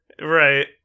Right